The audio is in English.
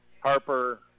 Harper